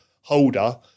holder